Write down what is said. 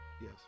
Yes